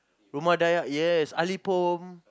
Rumah Dayak yes Ali Pom